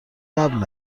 قبل